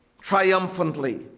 triumphantly